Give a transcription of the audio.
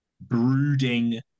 brooding